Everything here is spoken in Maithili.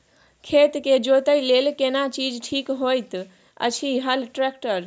खेत के जोतय लेल केना चीज ठीक होयत अछि, हल, ट्रैक्टर?